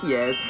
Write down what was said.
Yes